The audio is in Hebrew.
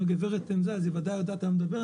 אם הגברת אומרת היא בוודאי יודעת על מה היא מדברת.